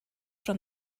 from